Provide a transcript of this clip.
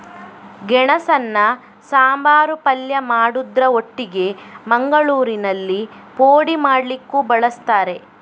ಗೆಣಸನ್ನ ಸಾಂಬಾರು, ಪಲ್ಯ ಮಾಡುದ್ರ ಒಟ್ಟಿಗೆ ಮಂಗಳೂರಿನಲ್ಲಿ ಪೋಡಿ ಮಾಡ್ಲಿಕ್ಕೂ ಬಳಸ್ತಾರೆ